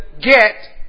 get